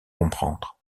comprendre